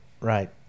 Right